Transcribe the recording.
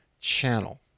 channel